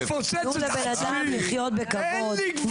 תנו לבן אדם לחיות בכבוד.